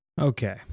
okay